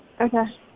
Okay